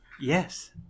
Yes